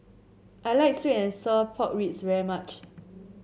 I like sweet and Sour Pork Ribs very much